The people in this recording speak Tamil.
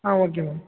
ah okay ma'am